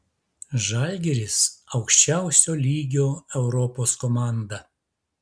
žalgiris aukščiausio lygio europos komanda